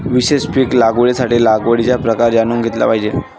विशेष पीक लागवडीसाठी लागवडीचा प्रकार जाणून घेतला पाहिजे